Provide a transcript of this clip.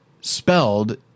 spelled